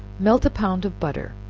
melt a pound of butter,